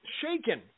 shaken